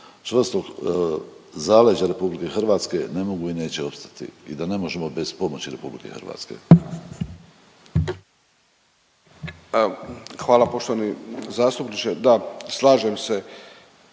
čvrstog zaleđa Republike Hrvatske ne mogu i neće opstati i da ne možemo bez pomoći Republike Hrvatske? **Deur, Ante (HDZ)** Hvala poštovani zastupniče. Da, slažem se.